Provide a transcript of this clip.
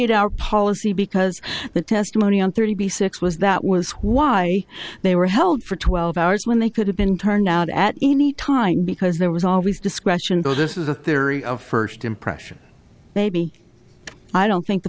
eight hour policy because the testimony on thirty six was that was why they were held for twelve hours when they could have been turned out at any time because there was always discretion though this is a theory of first impression maybe i don't think the